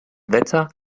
wetter